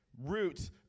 root